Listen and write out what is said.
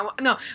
No